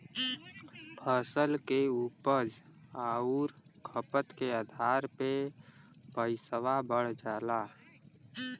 फसल के उपज आउर खपत के आधार पे पइसवा बढ़ जाला